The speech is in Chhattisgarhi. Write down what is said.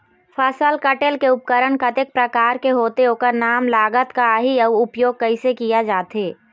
फसल कटेल के उपकरण कतेक प्रकार के होथे ओकर नाम लागत का आही अउ उपयोग कैसे किया जाथे?